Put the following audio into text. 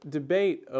debate